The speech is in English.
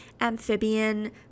amphibian